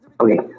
Okay